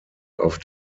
auf